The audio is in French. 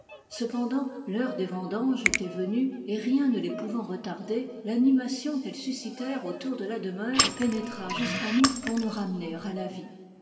cependant l'heure des vendanges était venue et rien ne les pouvant retarder l'animation qu'elles suscitèrent autour de la demeure pénétra jusqu'à nous pour nous ramener à la vie